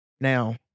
Now